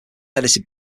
edited